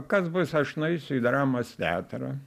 kas bus aš nueisiu į dramos teatrą